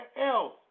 else